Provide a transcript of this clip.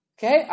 Okay